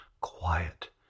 quiet